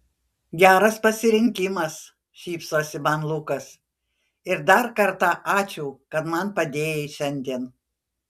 geras pasirinkimas šypsosi man lukas ir dar kartą ačiū kad man padėjai šiandien